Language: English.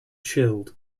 chilled